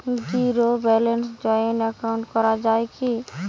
Zero ব্যালেন্সে joint account করা য়ায় কি?